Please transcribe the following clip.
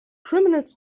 criminals